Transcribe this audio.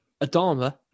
Adama